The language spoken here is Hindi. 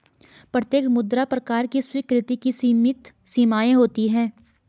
प्रत्येक मुद्रा प्रकार की स्वीकृति की सीमित सीमाएँ होती हैं